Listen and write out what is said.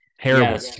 Terrible